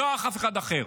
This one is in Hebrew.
לא אף אחד אחר.